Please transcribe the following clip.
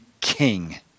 king